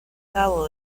cabo